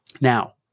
Now